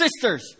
sisters